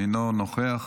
אינו נוכח.